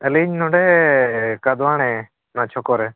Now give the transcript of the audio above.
ᱟᱹᱞᱤᱧ ᱱᱚᱰᱮ ᱠᱟᱫᱽᱣᱟᱲᱮ ᱱᱚᱣᱟ ᱪᱷᱚᱠᱚ ᱨᱮ